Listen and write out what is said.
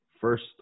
First